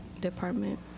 department